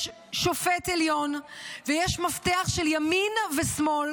יש שופט עליון ויש מפתח של ימין ושמאל